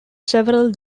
several